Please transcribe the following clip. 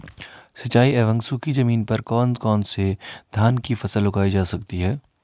सिंचाई एवं सूखी जमीन पर कौन कौन से धान की फसल उगाई जा सकती है?